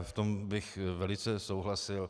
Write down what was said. V tom bych velice souhlasil.